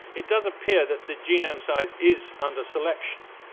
it does appear that the genome size is under selection,